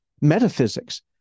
metaphysics